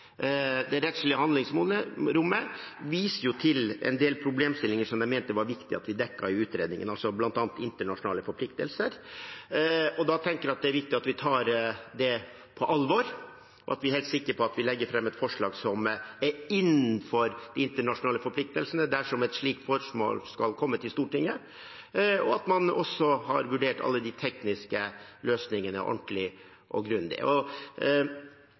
det rettslige handlingsrommet viste til en del problemstillinger som de mente var viktig at vi dekket i utredningen, bl.a. internasjonale forpliktelser. Da tenker jeg at det er viktig at vi tar det på alvor, og at vi er helt sikre på at vi legger fram et forslag som er innenfor de internasjonale forpliktelsene, dersom et slikt spørsmål skal komme til Stortinget, og at man også har vurdert alle de tekniske løsningene ordentlig og grundig.